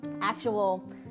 actual